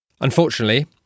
Unfortunately